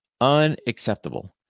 unacceptable